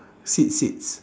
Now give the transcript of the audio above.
seats seats